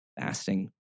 fasting